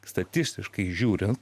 statistiškai žiūrint